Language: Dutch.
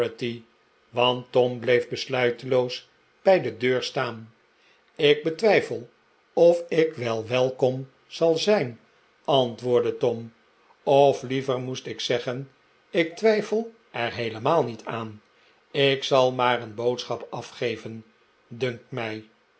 tom bleef besluiteloos bij de deur staan ik betwijfel of ik wel welkom zal zijn antwoordde tom of liever moest ik zeggen ik twijfel er heelemaal niet aan ik zal maar een boodschap af geven dunkt mij